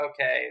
okay